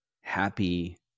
happy